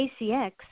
ACX